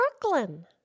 Brooklyn